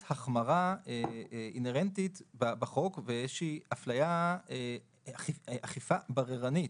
החמרה אינהרנטית בחוק ואיזושהי אכיפה בררנית.